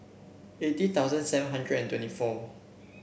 eighty thousand seven hundred and twenty four